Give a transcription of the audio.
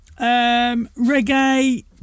reggae